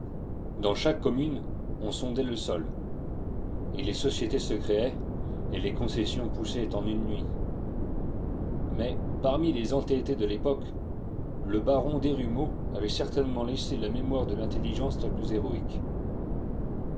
dans chaque commune on sondait le sol et les sociétés se créaient et les concessions poussaient en une nuit mais parmi les entêtés de l'époque le baron desrumaux avait certainement laissé la mémoire de l'intelligence la plus héroïque